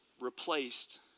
replaced